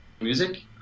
music